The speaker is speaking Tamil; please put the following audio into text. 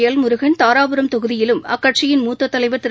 எல் முருகன் தாராபுரம் தொகுதியிலும் அக்கட்சியின் முத்த தலைவர் திரு